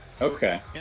Okay